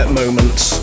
moments